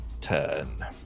turn